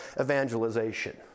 evangelization